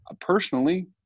personally